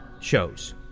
shows